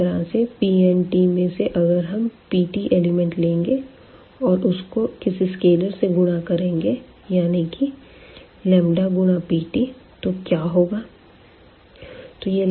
इसी तरह से Pn में से अगर हम pt एलिमेंट लेंगे और उसको किसी स्केलर से गुणा करेंगे यानी कि लंबदा गुणा pt तो क्या होगा